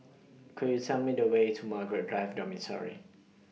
Could YOU Tell Me The Way to Margaret Drive Dormitory